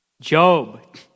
Job